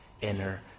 inner